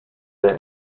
der